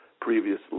previously